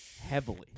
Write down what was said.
Heavily